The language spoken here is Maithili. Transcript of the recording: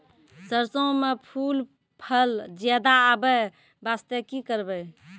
सरसों म फूल फल ज्यादा आबै बास्ते कि करबै?